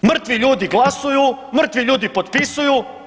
Mrtvi ljudi glasuju, mrtvi ljudi potpisuju.